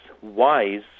wise